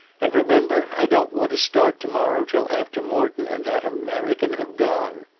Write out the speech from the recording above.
and, remember, i don't want to start to-morrow till after morton and that american have gone.